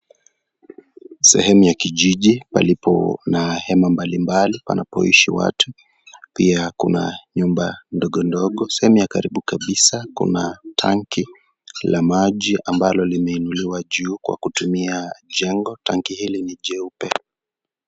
Sehemu ya kijiji palipo na hema mbalimbali panapoishi watu pia kuna nyumba ndogo ndogo sehemu ya karibu kabisa kuna tanki la maji ambalo limeinuliwa juu Kwa kutumia jengo. Tanki hili ni jeupe.